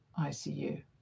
ICU